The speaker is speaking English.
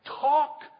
Talk